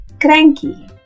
cranky